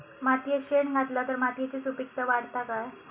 मातयेत शेण घातला तर मातयेची सुपीकता वाढते काय?